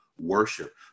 worship